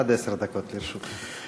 עד עשר דקות לרשותך.